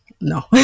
no